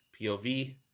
POV